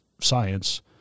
science